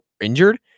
injured